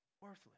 worthless